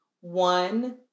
one